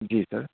जी sir